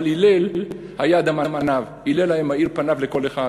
אבל הלל היה אדם עניו, הלל היה מאיר פניו לכל אחד,